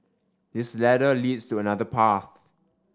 this ladder leads to another path